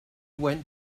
went